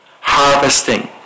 Harvesting